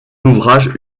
ouvrages